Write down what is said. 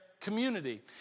community